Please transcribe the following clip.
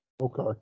Okay